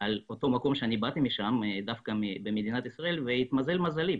על אותו מקום ממנו באתי והתמזל מזלי,